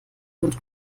und